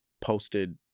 posted